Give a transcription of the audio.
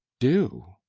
do?